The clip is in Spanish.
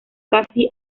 casi